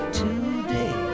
today